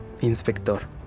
Inspector